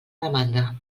demanda